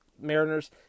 Mariners